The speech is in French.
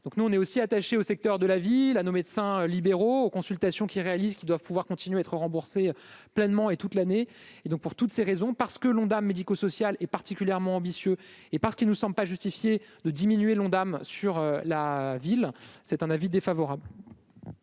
donc nous on est aussi attaché au secteur de la vie, la nos médecins libéraux consultations qui réalise qui doivent pouvoir continuer à être remboursé pleinement et toute l'année et donc pour toutes ces raisons, parce que l'Ondam médico-social est particulièrement ambitieux et par qui nous sommes pas justifiée de diminuer l'Ondam sur la ville, c'est un avis défavorable.